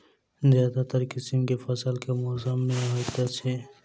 ज्यादातर किसिम केँ फसल केँ मौसम मे होइत अछि?